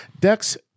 Dex